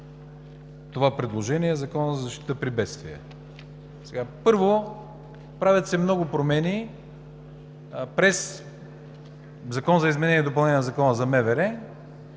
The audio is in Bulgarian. това предложение променя отново Закона за защита при бедствия. Първо, правят се много промени през Закон за изменение и допълнение на Закона за МВР